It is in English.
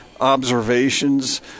observations